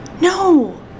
No